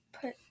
Put